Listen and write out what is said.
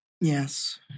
Yes